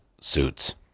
suits